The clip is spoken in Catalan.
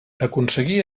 aconseguir